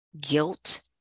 guilt